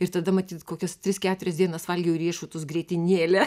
ir tada matyt kokias tris keturias dienas valgiau riešutus grietinėle